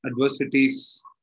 Adversities